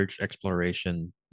exploration